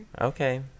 Okay